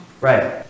right